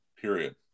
Period